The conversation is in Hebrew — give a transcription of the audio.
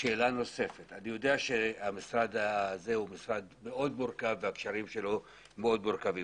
אני יודע שהמשרד הוא משרד מאוד מורכב והקשרים שלו מאוד מורכבים